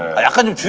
i couldn't